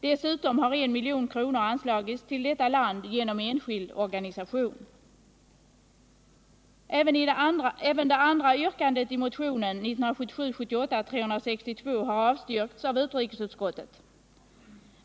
Dessutom har I milj.kr. anslagits till detta land genom enskild organisation. Även det andra yrkandet i motionen 1977/78:362 har avstyrkts av utrikesutskottet.